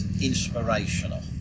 inspirational